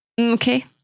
Okay